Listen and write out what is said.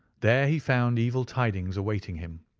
there he found evil tidings awaiting him.